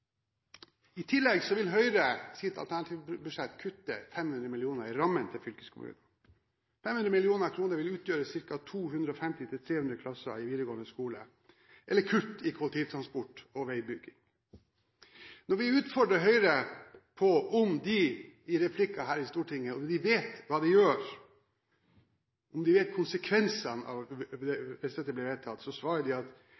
I tillegg vil Høyre i sitt alternative budsjett kutte 500 mill. kr i rammen til fylkeskommunene. 500 mill. kr vil utgjøre ca. 250–300 plasser i videregående skole eller kutt i kollektivtransport og veibygging. Når vi i replikker her i Stortinget utfordrer Høyre på om de vet hva de gjør, om de vet konsekvensene hvis dette blir vedtatt, svarer de at